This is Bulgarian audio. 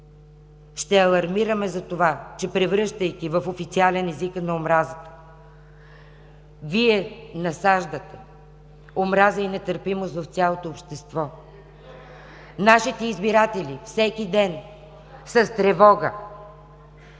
ще алармираме за това, че превръщайки в официален езика на омразата, Вие насаждате омраза и нетърпимост в цялото общество. (Шум и реплики от дясно.) Нашите избиратели всеки ден с тревога